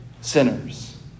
sinners